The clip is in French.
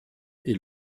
est